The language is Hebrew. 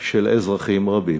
של אזרחים רבים.